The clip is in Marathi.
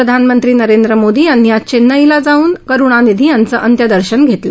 प्रधानमंत्री नरेंद्र मोदी यांनी आज चेन्नईला जाऊन करुणनिधी यांचं अंत्यदर्शन घेतलं